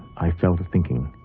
i fell to thinking